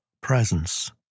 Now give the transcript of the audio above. presence